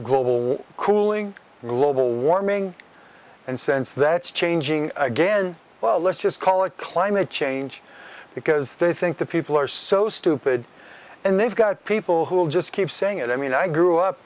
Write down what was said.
global cooling and global warming and sense that's changing again well let's just call it climate change because they think that people are so stupid and they've got people who will just keep saying it i mean i grew up